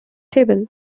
table